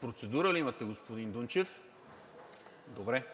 Процедура ли имате, господин Дунчев? Добре.